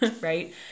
Right